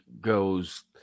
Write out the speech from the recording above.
goes